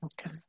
Okay